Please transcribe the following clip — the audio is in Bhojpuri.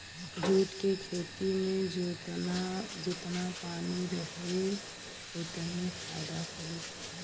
जूट के खेती में जेतना पानी रही ओतने फायदा करी